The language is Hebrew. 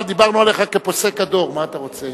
אבל דיברנו עליך כפוסק הדור, מה אתה רוצה?